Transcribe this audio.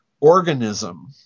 organism